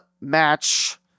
match